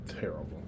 terrible